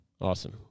Awesome